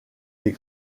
des